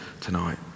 tonight